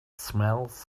smells